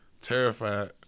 terrified